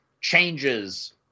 changes